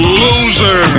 loser